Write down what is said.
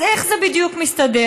אז איך זה בדיוק מסתדר?